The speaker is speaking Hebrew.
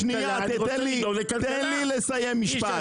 שנייה, תן לי, תן לי לסיים משפט.